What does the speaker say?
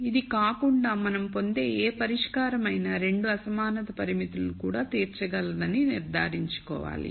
ఇది కాకుండా మనం పొందే ఏ పరిష్కారం అయినా 2 అసమానత పరిమితులను కూడా తీర్చగలదని నిర్ధారించుకోవాలి